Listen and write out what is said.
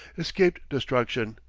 escaped destruction.